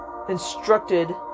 ...instructed